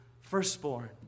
firstborn